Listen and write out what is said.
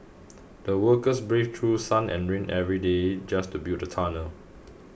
the workers braved through sun and rain every day just to build the tunnel